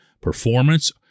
performance